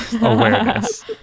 awareness